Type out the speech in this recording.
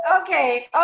okay